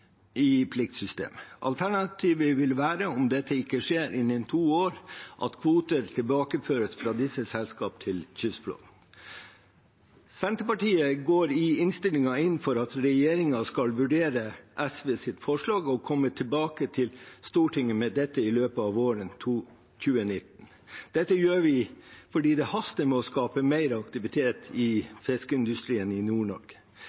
vil være, om dette ikke skjer innen to år, at kvoter tilbakeføres fra disse selskapene til kystflåten.» Senterpartiet går i innstillingen inn for at regjeringen skal vurdere SVs forslag og komme tilbake til Stortinget med dette i løpet av våren 2019. Dette gjør vi fordi det haster med å skape mer aktivitet i fiskeindustrien i